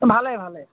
ভালে ভালে